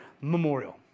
Memorial